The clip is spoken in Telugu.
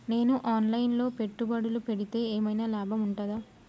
నేను ఆన్ లైన్ లో పెట్టుబడులు పెడితే ఏమైనా లాభం ఉంటదా?